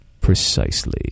Precisely